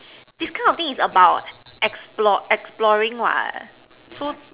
this kind of thing is about explore exploring what so